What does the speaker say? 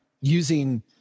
using